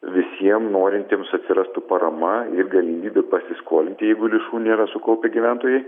visiem norintiems atsirastų parama ir galimybė pasiskolinti jeigu lėšų nėra sukaupę gyventojai